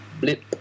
blip